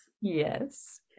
Yes